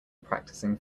practicing